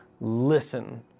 Listen